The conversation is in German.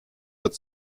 wird